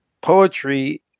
poetry